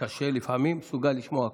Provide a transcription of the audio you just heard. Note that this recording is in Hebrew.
קשה לפעמים, לשמוע הכול.